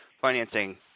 financing